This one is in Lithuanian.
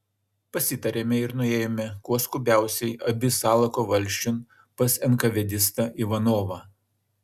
pasitarėme ir nuėjome kuo skubiausiai abi salako valsčiun pas enkavedistą ivanovą